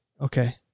Okay